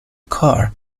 car